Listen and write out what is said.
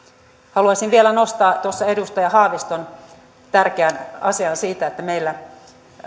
haluaisin vielä nostaa edustaja haaviston tärkeän asian siitä että meillä